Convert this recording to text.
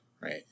right